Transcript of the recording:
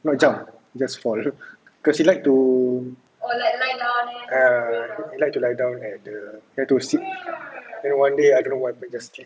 not jump just fall cause he like to err like to lie down at the like to sit then one day I don't know what happen just